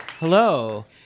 Hello